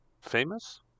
famous